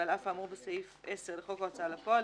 ועל אף האמור בסעיף 10 לחוק ההוצאה לפועל,